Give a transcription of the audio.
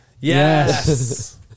Yes